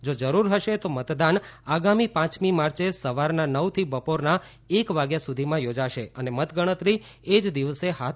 જો જરૂર હશે તો મતદાન આગામી પાંચમી માર્ચે સવારના નવથી બપોરના એક વાગ્યા સુધીમાં યોજાશે અને મતગણતરી એ જ દિવસે હાથ ધરાશે